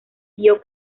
dio